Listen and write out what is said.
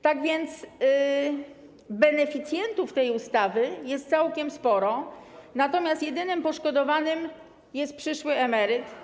Tak więc beneficjentów tej ustawy jest całkiem sporo, natomiast jedynym poszkodowanym jest przyszły emeryt.